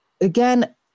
again